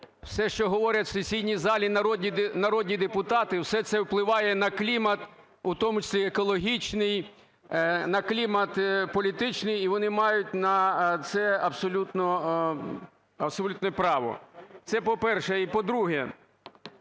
все, що говорять в сесійній залі народні депутати, все це впливає на клімат в тому числі екологічний, на клімат політичний, і вони мають на це абсолютне право. Це, по-перше. І, по-друге,